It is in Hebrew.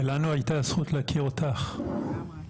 ולנו הייתה הזכות להכיר אותך, לגמרי.